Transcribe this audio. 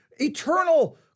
eternal